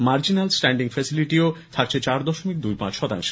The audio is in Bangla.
মার্জিনাল স্ট্যাডিং ফেসিলিটিও থাকছে চার দশমিক দুই পাঁচ শতাংশ